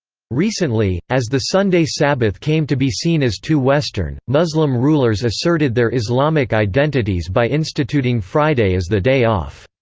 recently, as the sunday sabbath came to be seen as too western, muslim rulers asserted their islamic identities by instituting friday as the day off.